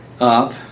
up